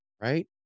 right